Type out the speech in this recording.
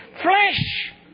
flesh